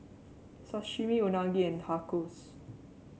Sashimi Unagi and Tacos